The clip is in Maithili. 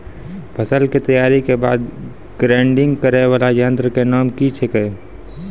फसल के तैयारी के बाद ग्रेडिंग करै वाला यंत्र के नाम की छेकै?